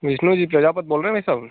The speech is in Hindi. विष्णु जी प्रजापत बोल रहे हैं भाई साहब